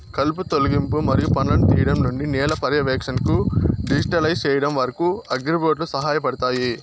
కలుపు తొలగింపు మరియు పండ్లను తీయడం నుండి నేల పర్యవేక్షణను డిజిటలైజ్ చేయడం వరకు, అగ్రిబోట్లు సహాయపడతాయి